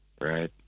right